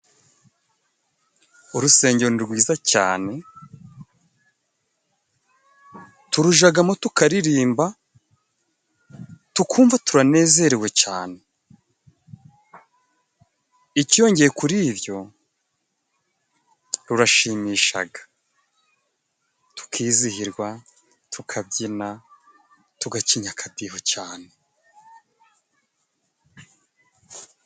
Urusengero ni rwiza cyane, turujagamo tukaririmba, tukumva turanezerewe cyane. Ikiyongereye kuri ibyo, rurashimishaga, tukizihirwa, tukabyina, tugacinya akadiho cyane.